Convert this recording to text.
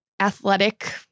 athletic